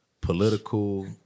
political